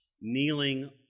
kneeling